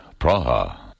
Praha. (